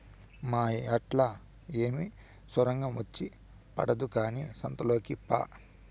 ఆ మాయేట్లా ఏమి సొరంగం వచ్చి పడదు కానీ సంతలోకి పా